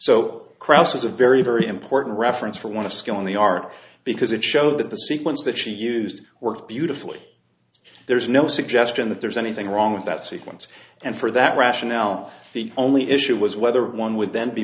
so cross was a very very important reference for one of skill in the art because it showed that the sequence that she used worked beautifully there's no suggestion that there's anything wrong with that sequence and for that rationale the only issue was whether one would then be